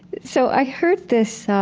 so i heard this